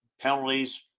penalties